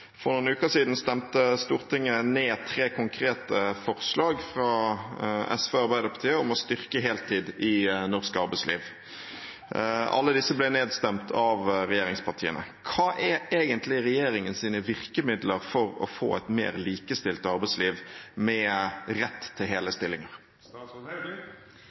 For noen uker siden fremmet Sosialistisk Venstreparti tre konkrete forslag om å styrke heltid i norsk arbeidsliv. Alle disse ble nedstemt av regjeringen. Hva er regjeringens virkemidler for å få et mer likestilt arbeidsliv med rett til